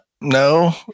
no